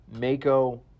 Mako